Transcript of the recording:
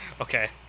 Okay